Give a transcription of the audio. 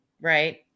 Right